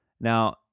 Now